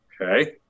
okay